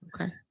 Okay